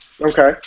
Okay